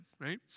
right